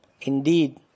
indeed